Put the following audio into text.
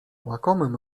łakomym